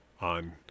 on